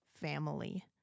family